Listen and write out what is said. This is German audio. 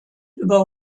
über